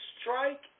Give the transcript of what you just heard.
strike